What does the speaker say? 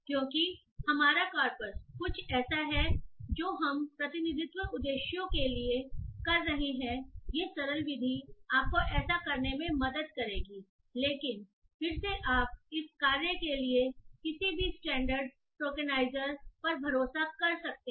क्योंकि हमारा कॉर्पस कुछ ऐसा है जो हम रिप्रेजेंटेशन पर्पस के लिए कर रहे हैं ये सरल विधि आपको ऐसा करने में मदद करेगी लेकिन फिर से आप इस कार्य के लिए किसी भी स्टैंडर्ड टोकेनाइजर्स पर भरोसा कर सकते हैं